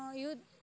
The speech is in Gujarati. યુદ્ધ